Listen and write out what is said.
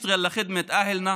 נפעל לטובת בני עמנו